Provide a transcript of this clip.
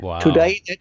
Today